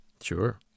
Sure